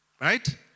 Right